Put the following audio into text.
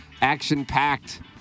Action-packed